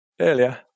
Earlier